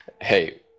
Hey